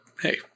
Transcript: hey